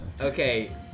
Okay